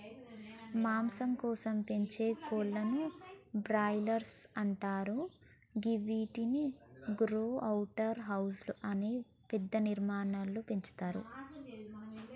మాంసం కోసం పెంచే కోళ్లను బ్రాయిలర్స్ అంటరు గివ్విటిని గ్రో అవుట్ హౌస్ అనే పెద్ద నిర్మాణాలలో పెంచుతుర్రు